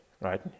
right